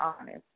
honest